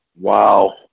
Wow